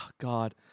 god